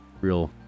real